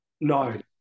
No